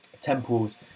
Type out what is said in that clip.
temples